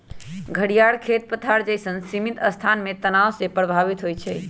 घरियार खेत पथार जइसन्न सीमित स्थान में तनाव से प्रभावित हो जाइ छइ